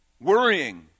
worrying